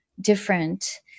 different